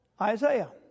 isaiah